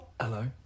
Hello